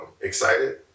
excited